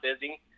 busy